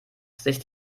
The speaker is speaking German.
sich